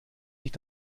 sich